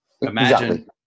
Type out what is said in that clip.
imagine